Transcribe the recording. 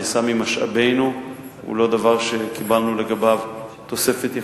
נעשה ממשאבינו והוא לא דבר שקיבלנו לגביו תוספת ייחודית,